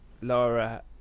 Laura